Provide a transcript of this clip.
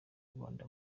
rwanda